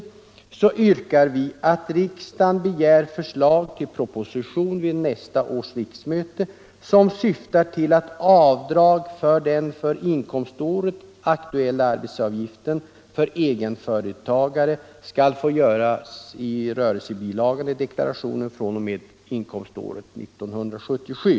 I den reservationen yrkar vi att riksdagen begär proposition till riksmötet nästa höst, som syftar till att avdrag för den för inkomståret aktuella arbetsgivaravgiften för egenföretagare skall få göras i rörelsebilagan i deklarationen fr.o.m. inkomståret 1977.